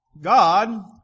God